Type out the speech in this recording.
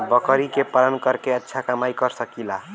बकरी के पालन करके अच्छा कमाई कर सकीं ला?